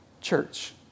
church